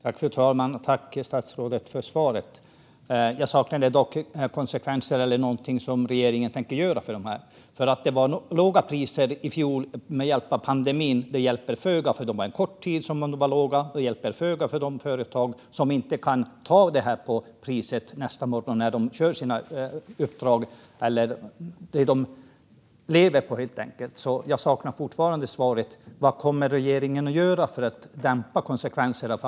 Fru talman! Tack, statsrådet, för svaret! Jag saknade dock något om konsekvenserna eller ett besked om vad regeringen tänker göra för de här företagen. Att det var låga priser i fjol på grund av pandemin hjälper föga. Det var en kort tid som priserna var låga, och det hjälper föga för de företag som inte kan ta igen det här på priset nästa morgon när de kör sina uppdrag och gör det de lever på, helt enkelt. Jag saknar fortfarande svaret. Vad kommer regeringen att göra för att dämpa konsekvenserna?